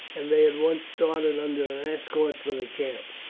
and they at once started under an escort for the camp,